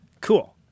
Cool